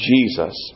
Jesus